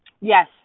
yes